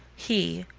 he,